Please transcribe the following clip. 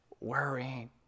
worrying